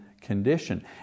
condition